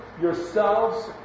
yourselves